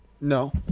no